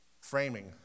Framing